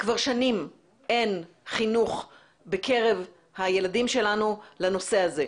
כבר שנים אין חינוך בקרב הילדים שלנו לנושא הזה.